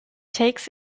takes